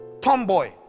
tomboy